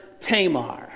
Tamar